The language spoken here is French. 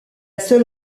seule